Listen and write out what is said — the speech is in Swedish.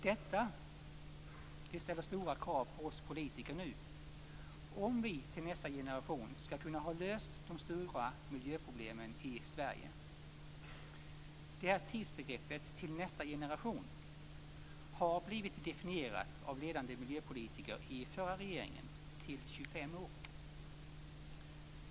Detta ställer stora krav på oss politiker nu, om vi till nästa generation skall kunna lösa de stora miljöproblemen i Sverige. Tidsbegreppet "till nästa generation" har av ledande miljöpolitiker i den förra regeringen definierats till 25 år.